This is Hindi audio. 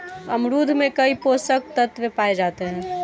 अमरूद में कई पोषक तत्व पाए जाते हैं